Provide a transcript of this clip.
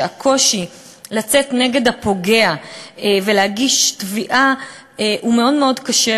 שהקושי לצאת נגד הפוגע ולהגיש תביעה מאוד מאוד גדול.